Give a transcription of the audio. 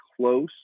close